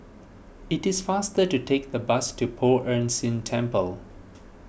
it is faster to take the bus to Poh Ern Shih Temple